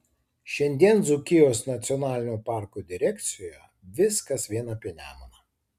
šiandien dzūkijos nacionalinio parko direkcijoje viskas vien apie nemuną